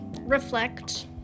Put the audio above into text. reflect